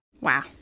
Wow